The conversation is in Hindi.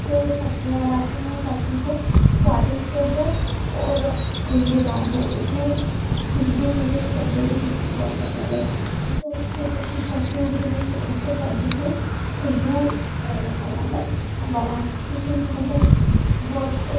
से सब्जियाँ बनाती हूँ ताकि वो स्वादिष्ट हो और खुशबूदार हो उसमें खुशबू मुझे सब जगह को बहुत पसंद है तो मैं कोशिश करती हूँ कि मेरी अधिकतर सब्जियों में खुशबू हो मतलब बना किसी की मतलब बहुत एक